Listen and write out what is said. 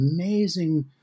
amazing